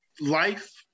life